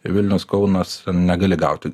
vilnius kaunas negali gauti